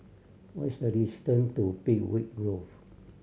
what is the distance to Peakville Grove